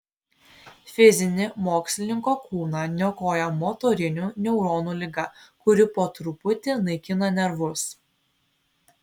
fizinį mokslininko kūną niokoja motorinių neuronų liga kuri po truputį naikina nervus